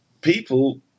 People